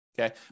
okay